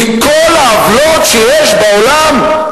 מכל העוולות שיש בעולם,